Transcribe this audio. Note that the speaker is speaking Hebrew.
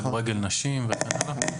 כדורגל נשים וכן הלאה?